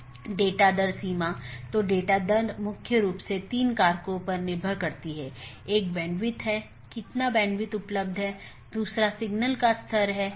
इसलिए आप देखते हैं कि एक BGP राउटर या सहकर्मी डिवाइस के साथ कनेक्शन होता है यह अधिसूचित किया जाता है और फिर कनेक्शन बंद कर दिया जाता है और अंत में सभी संसाधन छोड़ दिए जाते हैं